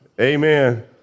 Amen